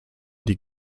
die